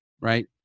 right